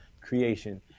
creation